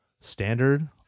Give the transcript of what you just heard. standard